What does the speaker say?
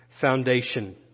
foundation